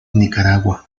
nicaragua